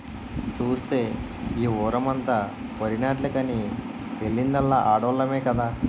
సూస్తే ఈ వోరమంతా వరినాట్లకని ఎల్లిందల్లా ఆడోల్లమే కదా